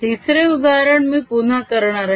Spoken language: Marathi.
तिसरे उदाहरण मी पुन्हा करणार आहे